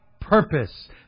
purpose